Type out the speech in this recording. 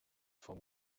vom